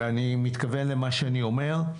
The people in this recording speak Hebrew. ואני מתכוון למה שאני אומר.